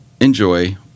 enjoy